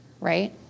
right